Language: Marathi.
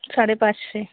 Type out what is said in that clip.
साडे पाचशे